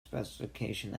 specification